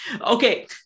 Okay